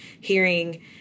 hearing